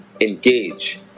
engage